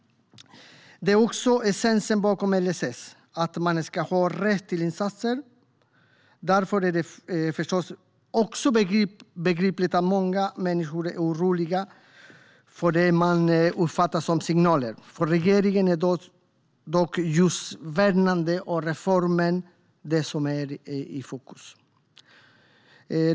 Det är också essensen bakom LSS att man ska ha rätt till insatser. Därför är det förstås begripligt att många människor är oroliga över det man uppfattar som signaler. För regeringen är dock just värnandet av reformen det som är i fokus.